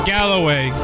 Galloway